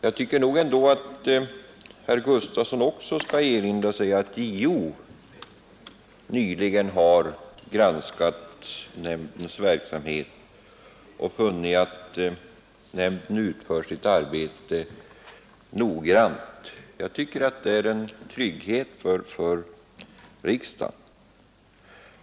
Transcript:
Jag anser vidare att herr Gustafson skall erinra sig att JO nyligen granskat nämndens verksamhet och funnit att nämnden utför sitt arbete noggrant. Jag tycker att det är en trygghet för riksdagen.